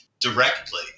directly